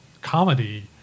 comedy